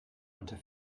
unter